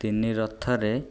ତିନି ରଥରେ